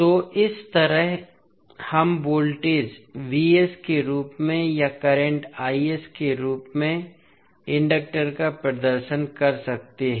तो इस तरह हम वोल्टेज के रूप में या करंट के रूप में इंडक्टर का प्रदर्शन कर सकते हैं